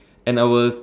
and our